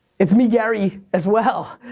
it's me gary, as well.